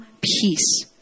peace